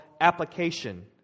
application